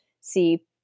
see